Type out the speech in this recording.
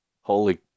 Holy